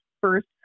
first